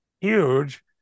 huge